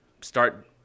start